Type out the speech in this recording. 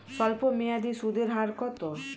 স্বল্পমেয়াদী সুদের হার কত?